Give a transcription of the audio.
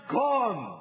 gone